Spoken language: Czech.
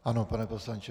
Ano, pane poslanče.